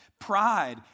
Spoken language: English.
Pride